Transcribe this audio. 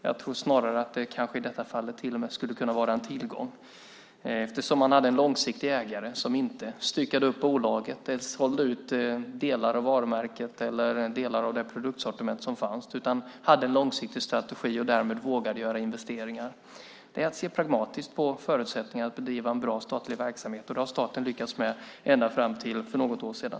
Jag tror snarare att det i detta fall till och med skulle kunna vara en tillgång, eftersom man hade en långsiktig ägare som inte styckade upp bolaget, sålde ut delar av varumärket eller delar av det produktsortiment som fanns. Man hade en långsiktig strategi och vågade därmed göra investeringar. Det är att se pragmatiskt på förutsättningar att bedriva en bra statlig verksamhet. Det har staten lyckats med ända fram till för något år sedan.